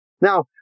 Now